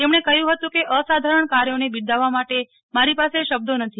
તેમણે કહ્યું હતું કે અસાધારણ કાર્યોને બિરદાવવા માટે મારી પાસે શબ્દો નથી